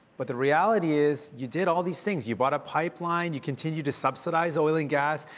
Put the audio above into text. but the reality is you did all these things you bought a pipeline, you continue to subsidize oil and gas,